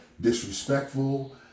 disrespectful